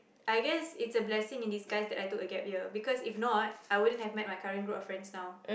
I guess it's a blessing in disguise that I took a gap year because if not I wouldn't have met my current group of friends now